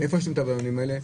מאיפה יש להם את הבלונים האלה?